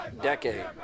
decade